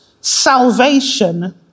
salvation